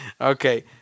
okay